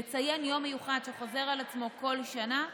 לציין יום מיוחד, שחוזר על עצמו בכל שנה,